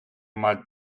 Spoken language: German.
mal